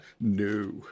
no